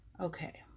Okay